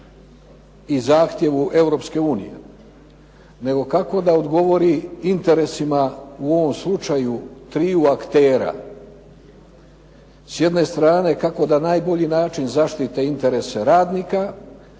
unije, nego kako da odgovori interesima u ovom slučaju triju aktera. S jedne strane kako da na najbolji način zaštite interese radnika,